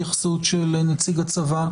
ראשית, אני מבקש התייחסות של נציג הצבא,